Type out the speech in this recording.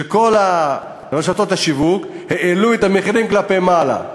כל רשתות השיווק שינו את המחירים כלפי מעלה,